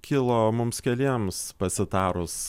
kilo mums keliems pasitarus